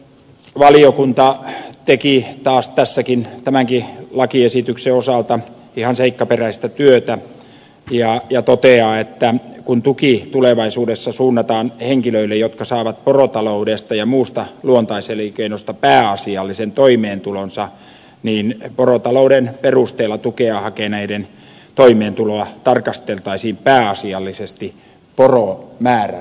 valiokunta teki taas tämänkin lakiesityksen osalta ihan seikkaperäistä työtä ja toteaa että kun tuki tulevaisuudessa suunnataan henkilöille jotka saavat porotaloudesta ja muusta luontaiselinkeinosta pääasiallisen toimeentulonsa niin porotalouden perusteella tukea hakeneiden toimeentuloa tarkasteltaisiin pääasiallisesti poromäärän perusteella